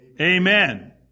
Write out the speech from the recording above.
Amen